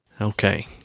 Okay